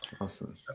Awesome